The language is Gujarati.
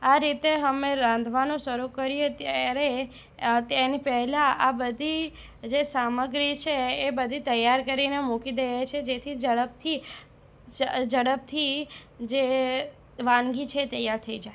આ રીતે અમે રાંધવાનું શરૂ કરીએ ત્યારે તેની પહેલાં આ બધી જે સામગ્રી છે એ બધી તૈયાર કરીને મૂકી દઈએ છે જેથી ઝડપથી ઝડપથી જે વાનગી છે તૈયાર થઈ જાય